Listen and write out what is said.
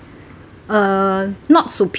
uh not superior